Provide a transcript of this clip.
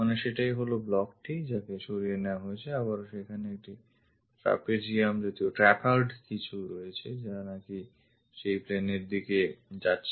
মানে সেটাই হলো block টি যাকে সরিয়ে নেওয়া হয়েছে আবারও সেখানে একটি ট্রাপিজিয়াম জাতীয় কিছু আছে যা নাকি সেই plane এর দিকে গেছে